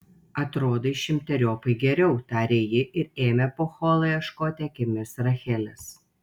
atrodai šimteriopai geriau tarė ji ir ėmė po holą ieškoti akimis rachelės